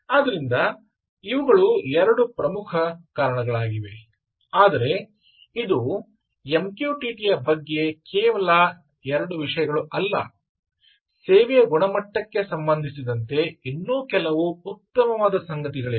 ಆದ್ದರಿಂದ ಇವುಗಳು 2 ಪ್ರಮುಖ ಕಾರಣಗಳಾಗಿವೆ ಆದರೆ ಇದು MQTT ಯ ಬಗ್ಗೆ ಕೇವಲ 2 ವಿಷಯಗಳು ಅಲ್ಲ ಸೇವೆಯ ಗುಣಮಟ್ಟಕ್ಕೆ ಸಂಬಂಧಿಸಿದಂತೆ ಇನ್ನೂ ಕೆಲವು ಉತ್ತಮ ಸಂಗತಿಗಳಿವೆ